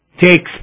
takes